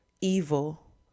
evil